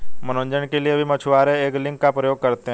मनोरंजन के लिए भी मछुआरे एंगलिंग का प्रयोग करते हैं